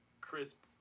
Crisp